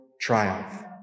triumph